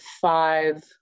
five